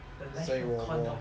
the legend of condor heroes